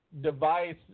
device